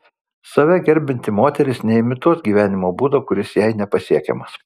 save gerbianti moteris neimituos gyvenimo būdo kuris jai nepasiekiamas